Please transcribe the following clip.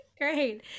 great